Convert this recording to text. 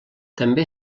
també